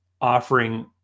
offering